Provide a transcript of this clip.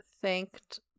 thanked